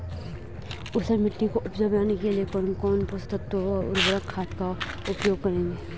ऊसर मिट्टी को उपजाऊ बनाने के लिए कौन कौन पोषक तत्वों व उर्वरक खाद का उपयोग करेंगे?